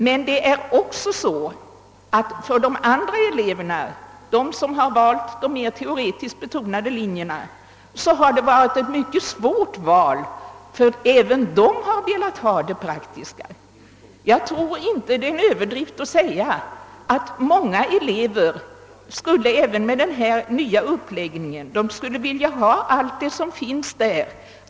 Men även för de elever som valt de mer teoretiskt betonade ämnena har det varit ett svårt val, ty även de har velat ha praktiska ämnen. Jag tror inte att det är en överdrift att säga att många elever skulle vilja ha med alla de ämnen som finns i den nya uppläggningen.